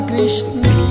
Krishna